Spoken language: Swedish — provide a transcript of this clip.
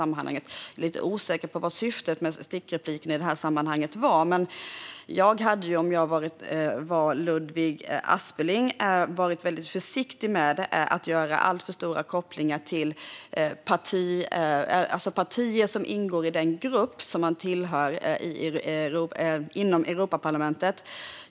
Jag är lite osäker på vad syftet med den stickrepliken var i det här sammanhanget, men om jag var Ludvig Aspling hade jag varit väldigt försiktig med att göra alltför stora kopplingar till partier som ingår i den grupp i Europaparlamentet som någon hör till.